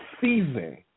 season